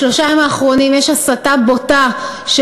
בשלושת הימים האחרונים יש הסתה בוטה של